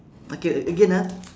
okay again ah